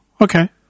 Okay